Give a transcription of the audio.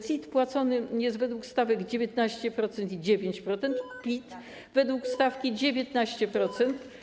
CIT płacony jest według stawek 19% i 9%, a PIT według stawki 19%.